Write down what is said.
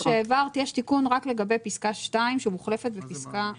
בנוסח שהעברת יש תיקון רק לגבי פסקה (2) שמוחלפת בפסקה (3).